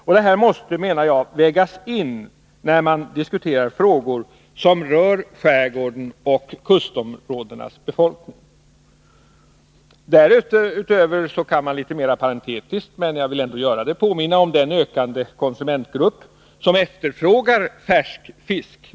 Jag menar att detta bör vägas in när man diskuterar frågor som rör skärgården och kustområdenas befolkning. Därutöver kan jag litet mera parentetiskt påminna om den ökande konsumentgrupp som efterfrågar färsk fisk.